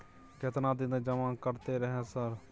केतना दिन तक जमा करते रहे सर?